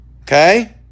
okay